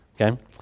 okay